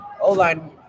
O-line